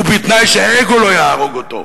ובתנאי שהאגו לא יהרוג אותו,